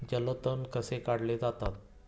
जलतण कसे काढले जातात?